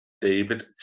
David